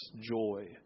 joy